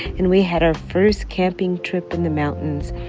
and we had our first camping trip in the mountains.